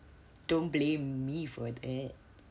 don't blame me for that